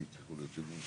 רבה.